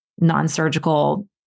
non-surgical